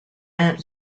aunt